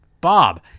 Bob